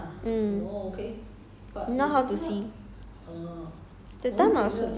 radiation will lah will will will have [one] mm